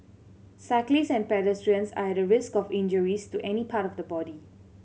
cyclists and pedestrians are at risk of injuries to any part of the body